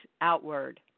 outward